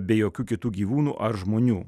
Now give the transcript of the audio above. be jokių kitų gyvūnų ar žmonių